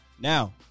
Now